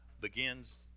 begins